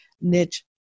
niche